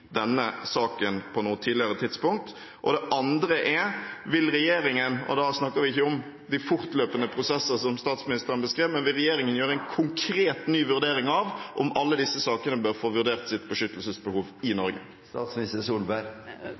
denne saken på noe tidligere tidspunkt? Og det andre spørsmålet er: Vil regjeringen – og da snakker vi ikke om de fortløpende prosesser som statsministeren beskrev – gjøre en konkret, ny vurdering av om personene i alle disse sakene bør få vurdert sitt beskyttelsesbehov i